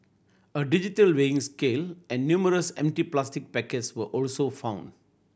a digital weighing scale and numerous empty plastic packets were also found